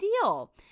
deal